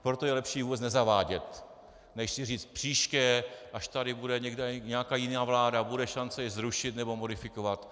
Proto je lepší ji vůbec nezavádět než si říct: příště, až tady bude nějaká jiná vláda, bude šance ji zrušit nebo modifikovat.